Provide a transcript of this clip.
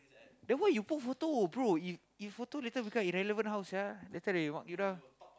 then why you put photo bro if if photo later become irrelevant how sia later they mark you down